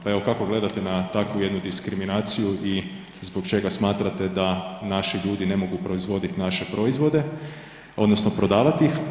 Pa evo, kako gledate na takvu jednu diskriminaciju i zbog čega smatrate da naši ljudi ne mogu proizvoditi naše proizvode odnosno prodavati ih?